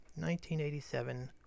1987